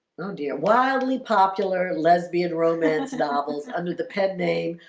no, dear wildly popular lesbian romance novels under the pen-name.